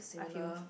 I feel